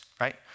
right